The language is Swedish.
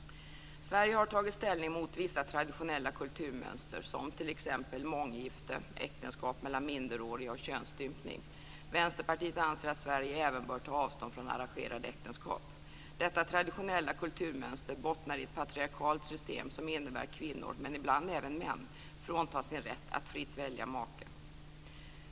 Sverige har tagit ställning mot vissa traditionella kulturmönster som t.ex. månggifte, äktenskap mellan minderåriga och könsstympning. Vänsterpartiet anser att Sverige även bör ta avstånd från arrangerade äktenskap. Detta traditionella kulturmönster bottnar i ett patriarkalt system som innebär att kvinnor, men ibland även män, fråntas sin rätt att fritt välja make.